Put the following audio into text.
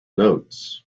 notes